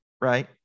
Right